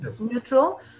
neutral